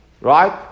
Right